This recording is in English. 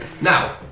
Now